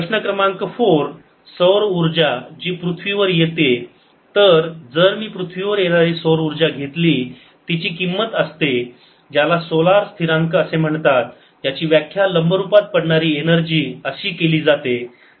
प्रश्न क्रमांक 4 सौर ऊर्जा जी पृथ्वी वर येते तर जर मी पृथ्वीवर येणारी सौर ऊर्जा घेतली तिची किंमत असते ज्याला सोलार स्थिरांक असे म्हणतात ज्याची व्याख्या लंब रुपात पडणारी एनर्जी अशी केली जाते